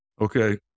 Okay